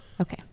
Okay